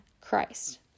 Christ